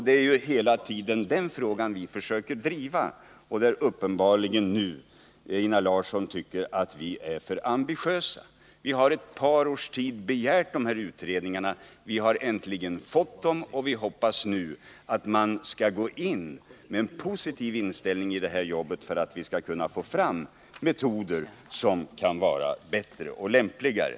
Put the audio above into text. Det är hela tiden just den fråga vi försöker driva och där uppenbarligen Einar Larsson nu tycker att vi är för ambitiösa. Vi har under ett par års tid begärt dessa utredningar, vi har äntligen fått dem och vi hoppas nu att man skall gå med en positiv inställning till detta jobb för att vi skall kunna få fram metoder som kan vara bättre och lämpligare.